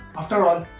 after all,